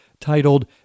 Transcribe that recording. titled